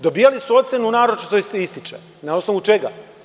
Dobijali su ocenu „naročito se ističe“, a na osnovu čega?